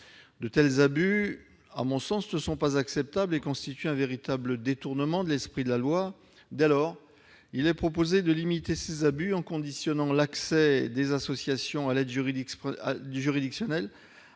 De tels abus, à mon sens, ne sont pas acceptables et constituent un véritable détournement de l'esprit de la loi. Dès lors, il est proposé de limiter ces abus en conditionnant l'accès des associations à l'aide juridictionnelle